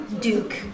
Duke